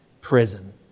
prison